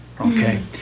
okay